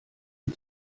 ihn